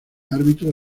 árbitro